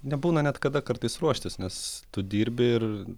nebūna net kada kartais ruoštis nes tu dirbi ir